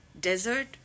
desert